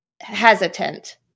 hesitant